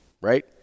right